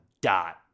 dot